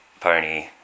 Pony